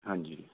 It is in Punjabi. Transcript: ਹਾਂਜੀ